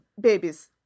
babies